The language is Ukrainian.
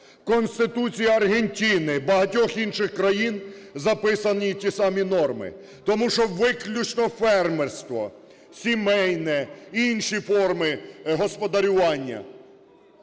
Конституція Аргентини і багатьох інших країн – записані ті самі норми. Тому що виключно фермерство, сімейне й інші форми господарювання,